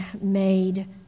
made